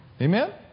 Amen